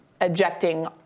objecting